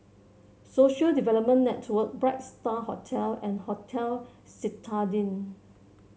Social Development Network Bright Star Hotel and Hotel Citadine